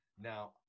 Now